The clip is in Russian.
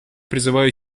призываю